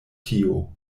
tio